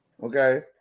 Okay